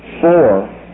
four